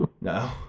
No